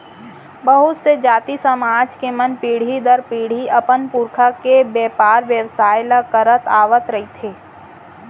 बहुत से जाति, समाज के मन पीढ़ी दर पीढ़ी अपन पुरखा के बेपार बेवसाय ल करत आवत रिहिथे